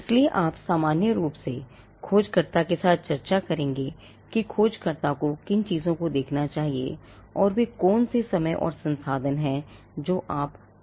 इसलिए आप सामान्य रूप से खोजकर्ता के साथ चर्चा करेंगे कि खोजकर्ता को किन चीजों को देखना चाहिए और वे कौन से समय और संसाधन हैं जो आप खोज में डाल रहे हैं